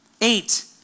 Eight